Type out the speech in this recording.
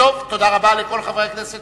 תודה רבה לכל חברי הכנסת